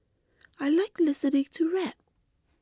I like listening to rap